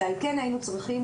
ועל כן היינו צריכים,